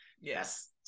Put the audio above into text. yes